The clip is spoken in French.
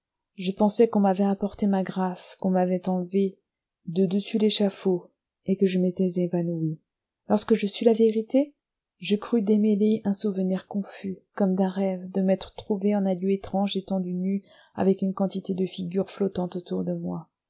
je pensai qu'on m'avait apporté ma grâce qu'on m'avait enlevé de dessus l'échafaud et que je m'étais évanoui lorsque je sus la vérité je crus démêler un souvenir confus comme d'un rêve de m'être trouvé en un lieu étrange étendu nu avec une quantité de figures flottantes autour de moi